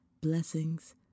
Blessings